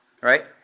Right